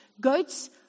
goats